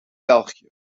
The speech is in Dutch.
belgië